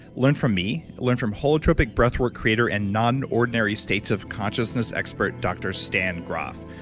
learn from me, learn from holotropic breathwork creator and non-ordinary states of consciousness expert, doctor stan groff.